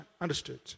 understood